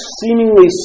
seemingly